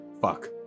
Fuck